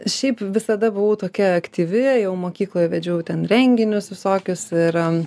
šiaip visada buvau tokia aktyvi jau mokykloje vedžiau ten renginius visokius yra